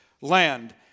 land